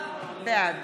בעד